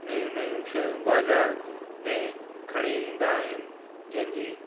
नयूं नयूं शयूं बाज़ारि में खणी ईंदा आहिनि जंहिंजी